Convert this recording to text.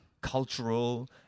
cultural